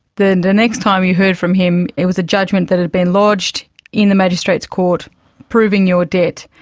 then the next time you heard from him it was a judgment that had been lodged in the magistrate's court proving your debt.